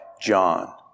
John